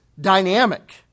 dynamic